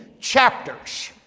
chapters